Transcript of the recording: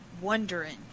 wondering